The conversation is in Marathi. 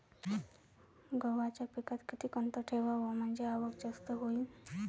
गव्हाच्या पिकात किती अंतर ठेवाव म्हनजे आवक जास्त होईन?